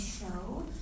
show